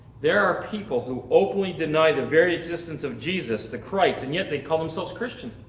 there are people who openly deny the very existence of jesus, the christ and yet they call themselves christian.